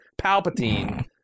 palpatine